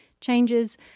changes